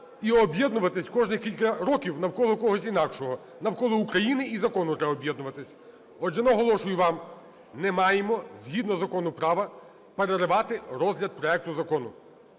і об'єднуватись кожних кілька років навколо когось інакшого. Навколо України і закону треба об'єднуватись. Отже, наголошую вам, не маємо згідно закону права переривати розгляд проекту закону.